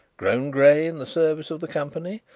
grown grey in the service of the company,